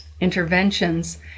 interventions